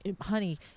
honey